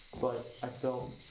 but i felt.